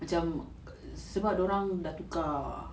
macam sebab dorang dah tukar